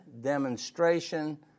demonstration